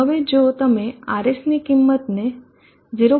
તો હવે જો તમે RSની કિંમતને 0